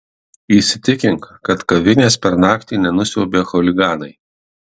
įsitikink kad kavinės per naktį nenusiaubė chuliganai